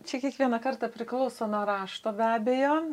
čia kiekvieną kartą priklauso nuo rašto be abejo